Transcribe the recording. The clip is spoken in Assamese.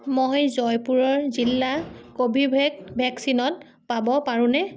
মই জয়পুৰ জিলাত কৰ্বীভেক্স ভেকচিন পাব পাৰোনে